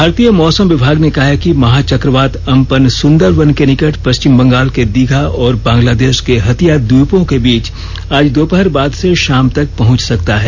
भारतीय मौसम विभाग ने कहा है कि महा चक्रवात अम्पन सुन्दरबन के निकट पश्चिम बंगाल के दीघा और बांगलादेश के हतिया ट्वीपों के बीच आज दोपहर बाद से शाम तक पहुंच सकता है